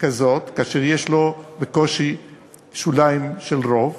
כזאת כאשר יש לו בקושי שוליים של רוב.